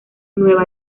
nueva